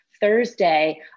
Thursday